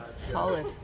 Solid